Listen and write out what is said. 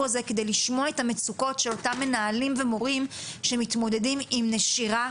הזה כדי לשמוע את המצוקות של אותם מנהלים ומורים שמתמודדים עם נשירה